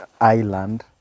island